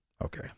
Okay